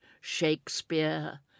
Shakespeare